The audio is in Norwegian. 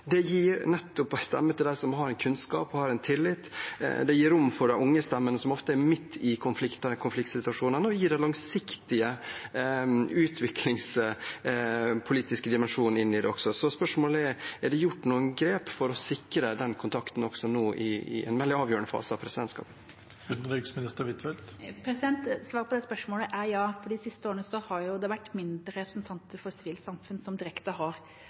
Det gir en stemme til dem som har kunnskap og tillit. Det gir rom for de unge stemmene som ofte er midt i konfliktsituasjonene, og det gir en langsiktig utviklingspolitisk dimensjon i det også. Så spørsmålet er: Er det gjort noen grep for å sikre den kontakten også nå i en veldig avgjørende fase av presidentskapet? Svaret på det spørsmålet er ja. De siste årene har det vært færre representanter fra sivilt samfunn som har adressert Sikkerhetsrådet direkte, og det er det vi ønsker å endre. Det handler om at de som har